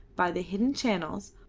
by the hidden channels,